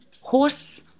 horse